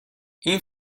این